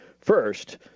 first